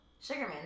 Sugarman